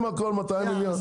עם הכול 200 מיליון?